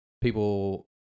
People